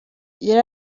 yari